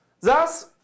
Thus